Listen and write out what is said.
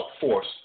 force